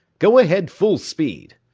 go ahead full speed!